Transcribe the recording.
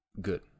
good